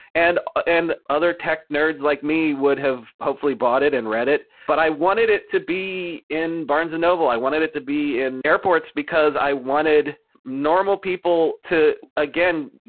and and other tech nerds like me would have hopefully bought it and read it, but i wanted it to be in barnes and noble. i wanted it to be in airports, because i wanted normal people to again,